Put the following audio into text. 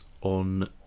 on